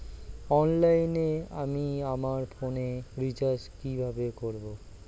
অনলাইনে আমি আমার ফোনে রিচার্জ কিভাবে করব?